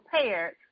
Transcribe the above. prepared